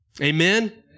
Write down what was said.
Amen